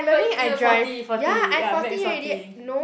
but forty forty yeah max forty